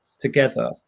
together